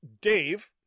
dave